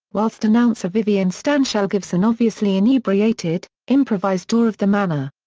whilst announcer vivian stanshall gives an obviously inebriated, improvised tour of the manor.